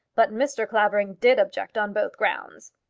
but mr. clavering did object on both grounds.